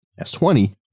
s20